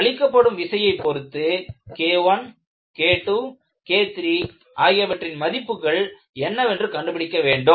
அளிக்கப்படும் விசையை பொருத்து KI KII KIII ஆகியவற்றின் மதிப்புகள் என்னவென்று கண்டுபிடிக்க வேண்டும்